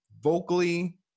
vocally